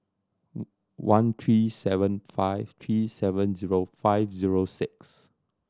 one three seven five three seven zero five zero six